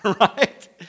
right